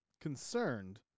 concerned